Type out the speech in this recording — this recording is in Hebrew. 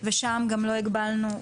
ושם גם לא הגבלנו,